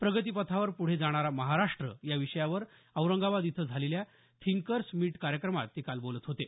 प्रगतीपथावर पुढे जाणारा महाराष्ट या विषयावर औरंगाबाद इथं झालेल्या थिंकर्स मीट कार्यक्रमात ते बोलत होते